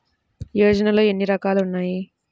యోజనలో ఏన్ని రకాలు ఉన్నాయి?